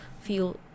feel